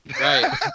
Right